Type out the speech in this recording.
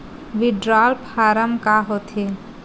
Withdrawal form का होथे?